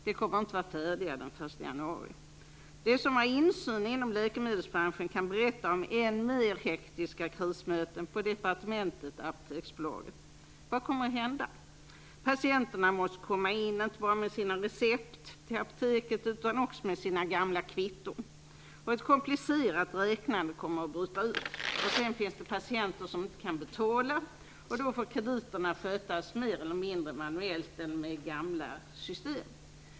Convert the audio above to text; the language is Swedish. De kommer inte att vara färdiga den 1 januari. De som har insyn i läkemedelsbranschen kan berätta om än mer hektiska krismöten på departementet och Apoteksbolaget. Vad kommer att hända? Patienterna måste komma in inte bara med sina recept utan också med sina gamla kvitton till apoteket. Ett komplicerat räknande kommer att bryta ut. Sedan finns det patienter som inte kan betala. Då får krediterna skötas mer eller mindre manuellt eller med gamla system.